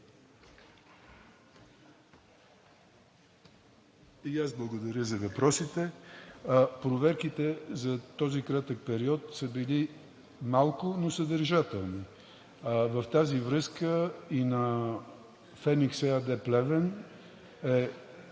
И аз благодаря за въпросите. Проверките за този кратък период са били малко, но съдържателни. В тази връзка и на „Феникс“ АД – Плевен, е